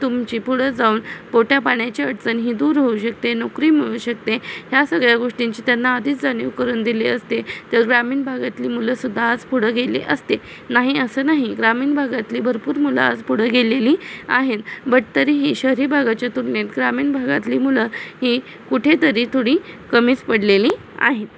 तुमची पुढं जाऊन पोटापाण्याची अडचण ही दूर होऊ शकते नोकरी मिळू शकते ह्या सगळ्या गोष्टींची त्यांना आधीच जाणिव करून दिली असते तर ग्रामीण भागातली मुलं सुद्धा आज पुढं गेले असते नाही असं नाही ग्रामीण भागातली भरपूर मुलं आज पुढं गेलेली आहे बट तरीही शहरी भागाच्या तुलनेत ग्रामीण भागातली मुलं ही कुठेतरी थोडी कमीच पडलेली आहेत